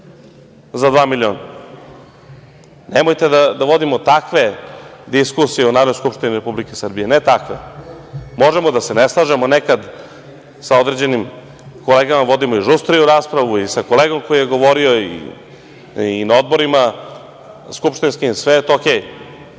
za dva miliona. Nemojte da vodimo takve diskusije u Narodnoj skupštini Republike Srbije, ne takve. Možemo da se ne slažemo nekada, sa određenim kolegama vodimo i žustriju raspravu i sa kolegom koji je govorio i na odborima skupštinskim, sve